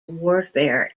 warfare